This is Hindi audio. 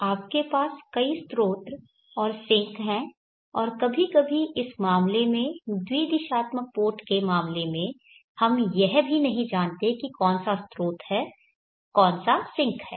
तो आपके पास कई स्रोत और सिंक हैं और कभी कभी इस मामले में द्वि दिशात्मक पोर्ट के मामले में हम यह भी नहीं जानते कि कौन सा स्रोत है कौन सा सिंक है